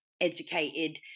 educated